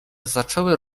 zaczęły